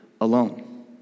alone